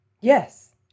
Yes